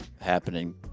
happening